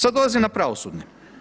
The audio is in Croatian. Sad dolazim na pravosudne.